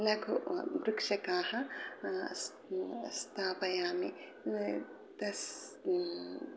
लघु वृक्षकाः स् स्थापयामि दस्